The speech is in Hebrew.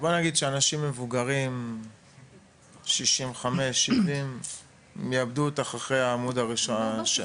אז בוא נגיד שאנשים מבוגרים 65-70 יאבדו אותך אחרי העמוד השלישי.